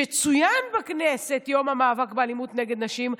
כשצוין בכנסת יום המאבק באלימות נגד נשים,